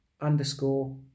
underscore